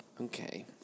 Okay